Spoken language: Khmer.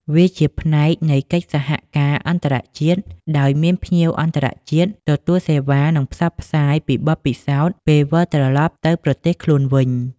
វាជាផ្នែកនៃកិច្ចសហការណ៍អន្តរជាតិ ដោយមានភ្ញៀវអន្តរជាតិទទួលសេវានិងផ្សព្វផ្សាយពីបទពិសោធន៍ពេលវិលត្រឡប់ទៅប្រទេសខ្លួនវិញ។